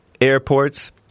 Airports